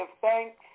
thanks